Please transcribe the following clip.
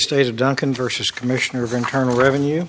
state of duncan versus commissioner of internal revenue